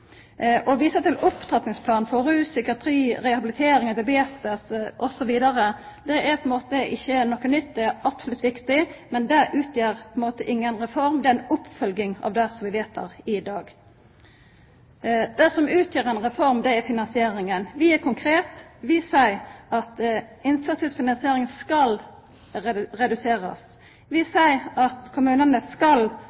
og viser til opptrappingsplanen for rus, psykiatri, rehabilitering og diabetes osv. Det er på ein måte ikkje noko nytt. Det er absolutt viktig, men det utgjer inga reform; det er ei oppfølging av det som vi vedtek i dag. Det som utgjer ei reform, er finansieringa. Vi er konkrete. Vi seier at innsatsstyrt finansiering skal reduserast. Vi